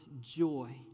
joy